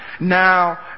now